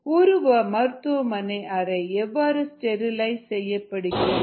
ஒரு மருத்துவமனை அறை எவ்வாறு ஸ்டெரிலைஸ் செய்யப்படுகிறது